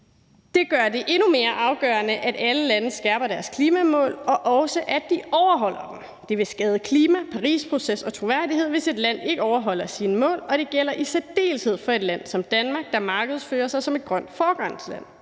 Det gør det endnu mere afgørende, at alle lande skærper deres klimamål, og også at de overholder dem. Det vil skade klimaet, Parisprocessen og troværdigheden, hvis et land ikke overholder sine mål, og det gælder i særdeleshed for et land som Danmark, der markedsføres som et grønt foregangsland.